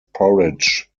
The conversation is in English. porridge